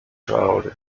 child